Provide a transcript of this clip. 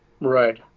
right